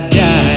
die